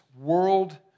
world